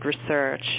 research